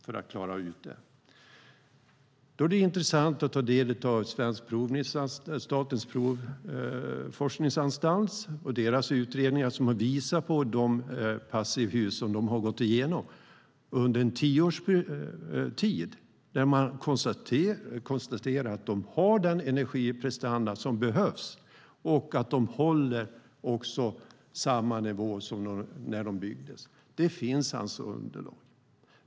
Då är det intressant att ta del av Sveriges Tekniska Forskningsinstituts utredningar av passivhus som de undersökt under tio års tid. Man konstaterar att de har den energiprestanda som behövs och att de också håller samma nivå som när de byggdes. Det finns alltså underlag.